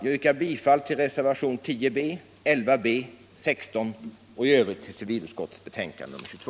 Jag yrkar bifall till reservationerna 10 b, 11 b och 16 samt i övrigt till civilutskottets hemställan i dess betänkande nr 22.